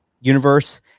universe